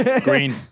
Green